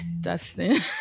Dustin